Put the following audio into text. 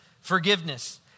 Forgiveness